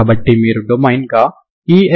కాబట్టి మీరు డొమైన్ గా ఈ x యాక్సిస్ని పరిగణించాలి